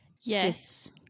yes